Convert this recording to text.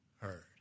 heard